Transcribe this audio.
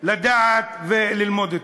לדעת וללמוד אותה.